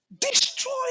destroy